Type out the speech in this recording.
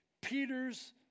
Peter's